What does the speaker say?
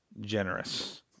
generous